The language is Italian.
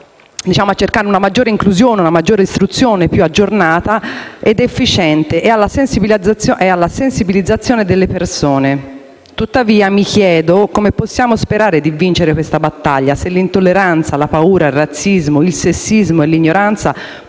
alla ricerca di una maggiore inclusione e istruzione, più aggiornata ed efficiente, e alla sensibilizzazione delle persone. Tuttavia, mi chiedo come possiamo sperare di vincere questa battaglia se l'intolleranza, la paura, il razzismo, il sessismo e l'ignoranza provengono